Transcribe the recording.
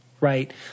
right